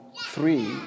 three